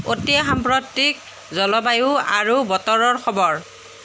অতি সাম্প্ৰতিক জলবায়ু আৰু বতৰৰ খবৰ